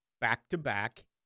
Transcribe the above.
back-to-back